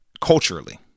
Culturally